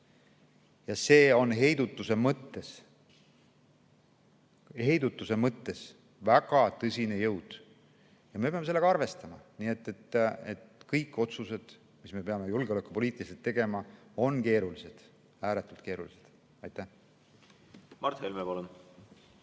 ja see on heidutuse mõttes väga tõsine jõud. Ja me peame sellega arvestama. Nii et kõik otsused, mis me julgeolekupoliitiliselt peame tegema, on keerulised, ääretult keerulised. Mart Helme, palun!